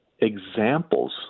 examples